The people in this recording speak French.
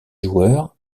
joueur